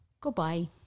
Goodbye